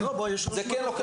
זה כן לוקח,